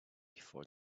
for